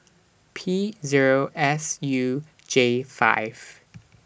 P Zero S U J five